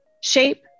Shape